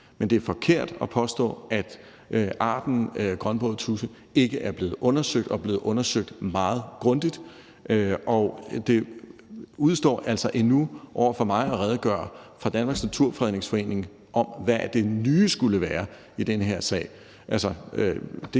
men det er forkert at påstå, at arten grønbroget tudse ikke er blevet undersøgt og ikke er blevet undersøgt meget grundigt. Der udestår altså endnu over for mig at redegøre for, hvad det nye fra Danmarks Naturfredningsforening skulle være i den her sag.